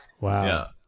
Wow